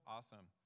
Awesome